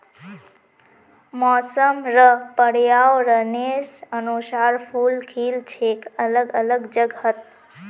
मौसम र पर्यावरनेर अनुसार फूल खिल छेक अलग अलग जगहत